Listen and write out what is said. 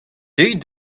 deuit